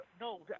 No